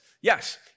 Yes